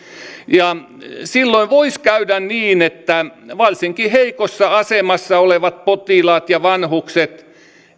silloin voisi käydä niin että varsinkin heikossa asemassa olevat potilaat ja vanhukset